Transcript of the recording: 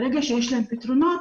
ברגע שיש להם פתרונות